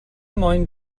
moyn